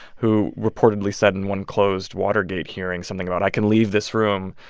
who reportedly said in one closed watergate hearing something about, i can leave this room,